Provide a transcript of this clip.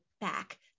back